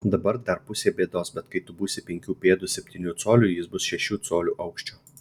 dabar dar pusė bėdos bet kai tu būsi penkių pėdų septynių colių jis bus šešių colių aukščio